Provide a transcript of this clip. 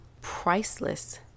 priceless